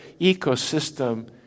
ecosystem